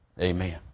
amen